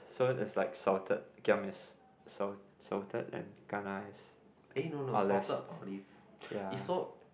so is like salted giam is sal~ salted and kana is olives ya